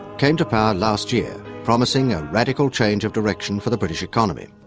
came to power last year, promising a radical change of direction for the british economy.